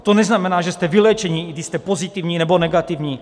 To neznamená, že jste vyléčeni, i když jste pozitivní nebo negativní.